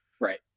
Right